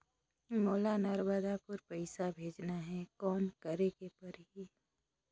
मोला नर्मदापुर पइसा भेजना हैं, कौन करेके परही?